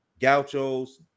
Gauchos